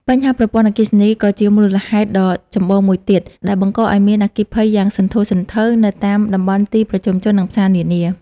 បញ្ហាប្រព័ន្ធអគ្គិសនីក៏ជាមូលហេតុដ៏ចម្បងមួយទៀត ដែលបង្កឱ្យមានអគ្គីភ័យយ៉ាងសន្ធោសន្ធៅនៅតាមតំបន់ទីប្រជុំជន និងផ្សារនានា។